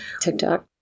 TikTok